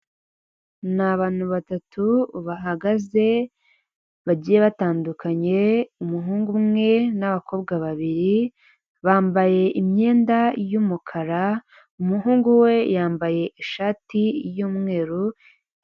Ni abantu batatu bahagaze bagiye batandukanye umuhungu umwe, n'abakobwa babiri bambaye imyenda y'umukara, umuhungu we yambaye ishati y'umweru.